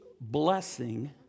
blessing